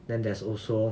then there's also